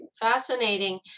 Fascinating